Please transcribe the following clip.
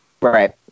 Right